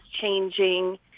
changing